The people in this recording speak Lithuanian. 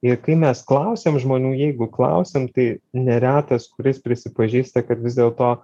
ir kai mes klausiam žmonių jeigu klausiam tai neretas kuris prisipažįsta kad vis dėlto